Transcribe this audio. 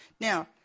Now